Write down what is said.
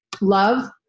love